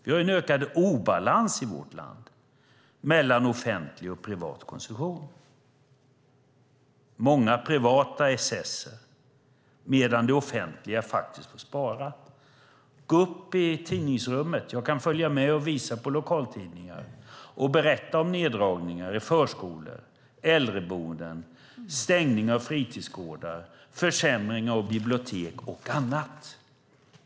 Vi har en ökad obalans i vårt land mellan offentlig och privat konsumtion. Det är många privata excesser medan det offentliga faktiskt får spara. Gå upp i tidningsrummet här i riksdagen! Jag kan följa med och visa lokaltidningar och berätta om neddragningar i förskolor och äldreboenden, stängningar av fritidsgårdar, försämring av bibliotek och annat.